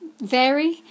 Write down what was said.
vary